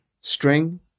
string